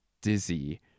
dizzy